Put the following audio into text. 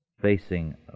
facing